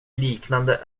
liknande